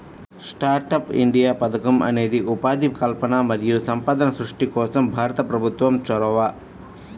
startup India పథకం అనేది ఉపాధి కల్పన మరియు సంపద సృష్టి కోసం భారత ప్రభుత్వం చొరవ